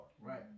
Right